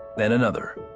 then another,